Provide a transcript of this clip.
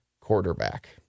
quarterback